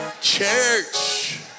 church